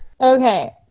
Okay